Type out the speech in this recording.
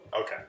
Okay